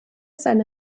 seine